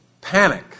panic